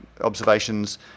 observations